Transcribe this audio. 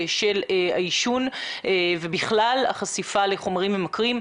של העישון ובכלל החשיפה לחומרים ממכרים.